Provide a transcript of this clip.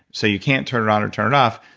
so you can't turn it on or turn it off,